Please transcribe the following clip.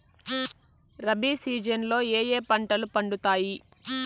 rabi season లో ఏ ఏ పంటలు పండుతాయి